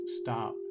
Stop